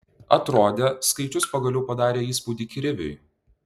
atrodė skaičius pagaliau padarė įspūdį kriviui